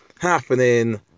happening